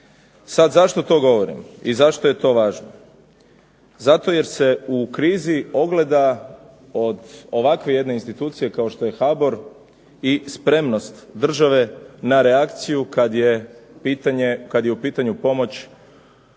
Sad zašto to govorim i zašto je to važno? Zato jer se u krizi ogleda od ovakve jedne institucije kao što je HABOR i spremnost države na reakciju kad je u pitanju pomoć